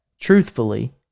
truthfully